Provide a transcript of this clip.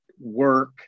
work